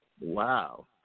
Wow